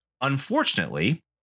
unfortunately